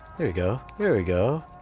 there you go, there we go.